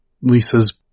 Lisa's